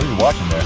watching